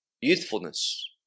youthfulness